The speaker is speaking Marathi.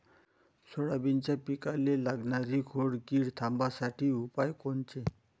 सोयाबीनच्या पिकाले लागनारी खोड किड थांबवासाठी उपाय कोनचे?